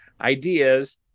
ideas